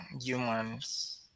humans